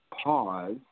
pause